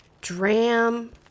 Dram